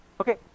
Okay